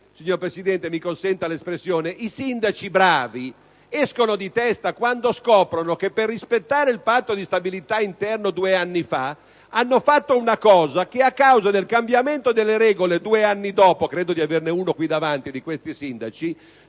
signor Presidente, mi consenta l'espressione - i sindaci bravi escono di testa quando scoprono che due anni fa per rispettare il Patto di stabilità interno hanno fatto una cosa che, a causa del cambiamento delle regole, due anni dopo - credo di avere qui davanti uno di questi sindaci